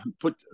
put